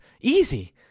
Easy